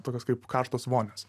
tokios kaip karštas vonios